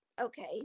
okay